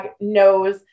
knows